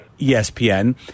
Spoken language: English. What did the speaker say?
ESPN